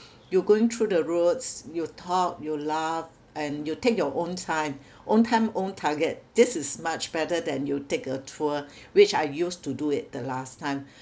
you going through the roads you talk you laugh and you take your own time own time own target this is much better than you take a tour which I used to do it the last time